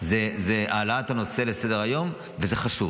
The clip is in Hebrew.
זה העלאת הנושא לסדר-היום, וזה חשוב.